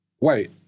wait